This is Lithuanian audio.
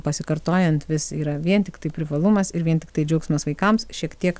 pasikartojant vis yra vien tiktai privalumas ir vien tiktai džiaugsmas vaikams šiek tiek